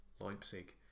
Leipzig